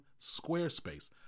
Squarespace